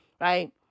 Right